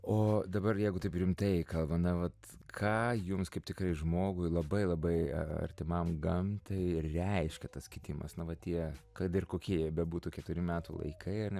o dabar jeigu taip rimtai kalbant na vat ką jums kaip tikrai žmogui labai labai artimam gamtai reiškia tas kitimas na va tie kad ir kokie jie bebūtų keturi metų laikai ar ne